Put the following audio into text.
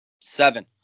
Seven